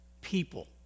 people